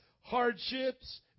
hardships